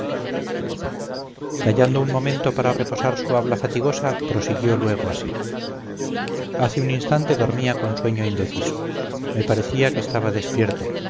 callando un momento para reposar su habla fatigosa prosiguió luego así hace un instante dormía con sueño indeciso me parecía que estaba despierto